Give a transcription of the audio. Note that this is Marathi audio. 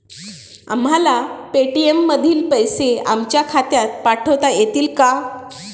आम्हाला पेटीएम मधील पैसे आमच्या खात्यात पाठवता येतील का?